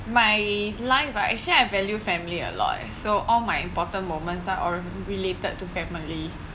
my life uh actually I value family a lot eh so all my important moments are all related to family